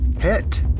Hit